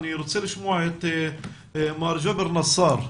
אני רוצה לשמוע את מר ג'אבר נסר,